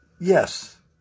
Yes